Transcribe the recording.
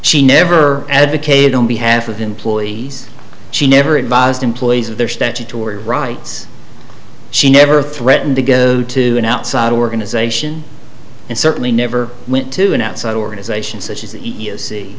she never advocated on behalf of employees she never advised employees of their statutory rights she never threatened to go to an outside organization and certainly never went to an outside organization s